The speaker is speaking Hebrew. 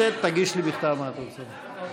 תגיש לי בכתב מה אתה צריך.